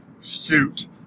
suit